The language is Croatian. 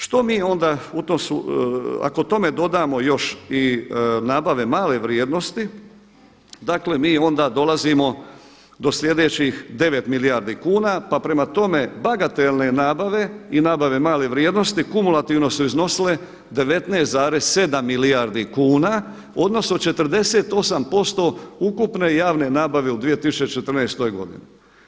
Što mi onda u tom, ako tome dodamo još i nabave male vrijednosti dakle mi onda dolazimo do slijedećih 9 milijardi kuna pa prema tome bagatelne nabave i nabave male vrijednosti kumulativno su iznosile 19,7 milijardi kuna odnosno 48% ukupne javne nabave u 2014. godine.